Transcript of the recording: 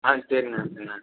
ஆ சரிண்ண சரிண்ண